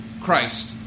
Christ